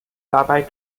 dabei